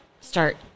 start